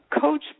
coach